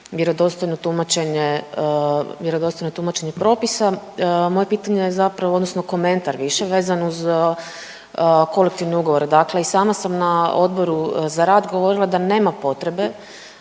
vjerodostojno tumačenje propisa. Moje pitanje je zapravo odnosno komentar više vezan uz kolektivne ugovore. Dakle i sama sam na Odboru za rad govorila da nema potrebe